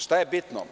Šta je bitno?